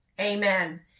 Amen